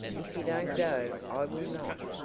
if you don't go i will not.